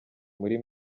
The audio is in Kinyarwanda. muri